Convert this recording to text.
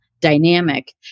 dynamic